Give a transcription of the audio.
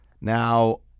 Now